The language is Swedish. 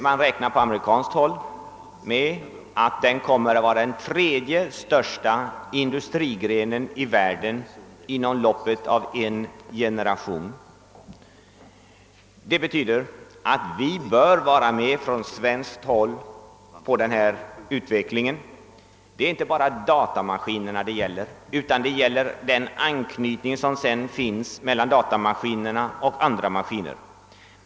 Man räknar på amerikanskt håll med att den kommer att vara i storleksordning den tredje industrigrenen i världen inom loppet av en generation. Vi bör från svenskt håll följa med i denna utveckling. Det är inte bara fråga om datamaskinerna som sådana, utan även den anknytning som sedan finns mellan datamaskiner och andra maskiner.